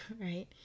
right